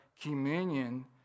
communion